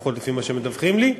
לפחות לפי מה שמדווחים לי,